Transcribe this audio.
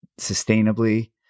sustainably